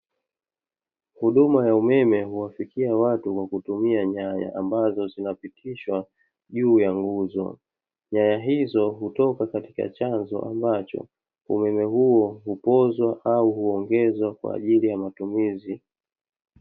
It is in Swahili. Huduma ya umeme huwafikia watu kwa kutumia nyaya, ambazo zinapitishwa juu ya nguzo, nyaya hizo hutoka katika chanzo ambacho umeme huo hupoozwa au huongezwa kwaajili ya matumizi.